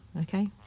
okay